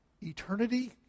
Eternity